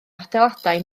adeiladau